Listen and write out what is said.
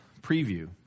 preview